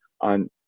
on